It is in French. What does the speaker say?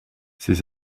ses